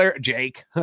Jake